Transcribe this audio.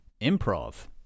improv